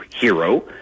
hero